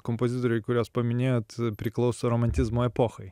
kompozitoriai kuriuos paminėjot priklauso romantizmo epochai